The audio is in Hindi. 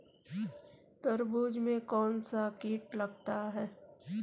तरबूज में कौनसा कीट लगता है?